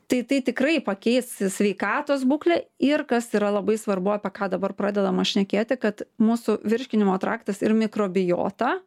tai tai tikrai pakeis sveikatos būklę ir kas yra labai svarbu apie ką dabar pradedama šnekėti kad mūsų virškinimo traktas ir mikrobiota